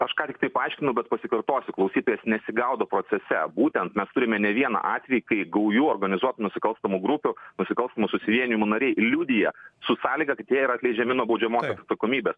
aš ką tiktai paaiškinau bet pasikartosiu klausytojas nesigaudo procese būtent mes turime ne vieną atvejį kai gaujų organizuotų nusikalstamų grupių nusikalstamo susivienijimo nariai liudija su sąlyga kad jie yra atleidžiami nuo baudžiamosiosn atsakomybės